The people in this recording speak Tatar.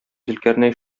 зөлкарнәй